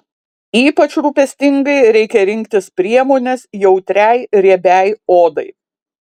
ypač rūpestingai reikia rinktis priemones jautriai riebiai odai